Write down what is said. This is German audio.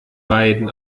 beiden